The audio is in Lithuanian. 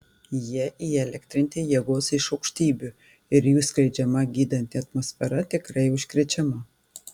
jie įelektrinti jėgos iš aukštybių ir jų skleidžiama gydanti atmosfera tikrai užkrečiama